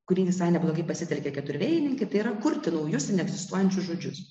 kurį visai neblogai pasitelkia keturvėjininkai tai yra kurti naujus neegzistuojančius žodžius